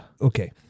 okay